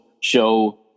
show